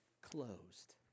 closed